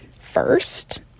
first